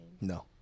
No